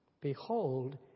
behold